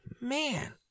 Man